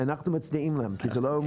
אנחנו מצדיעים להם, כי זה לא מובן מאליו.